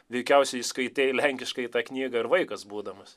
veikiausiai skaitei lenkiškai tą knygą ir vaikas būdamas